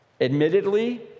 admittedly